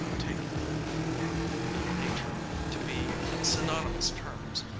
take ill humor and ill nature to be synonymous terms,